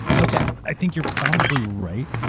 okay. i think you're probably right,